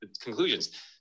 conclusions